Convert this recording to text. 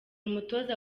umutoza